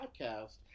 podcast